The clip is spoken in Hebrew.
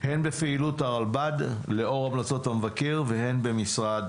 הן בפעילות הרלב"ד לאור המלצות המבקר, והן במשרד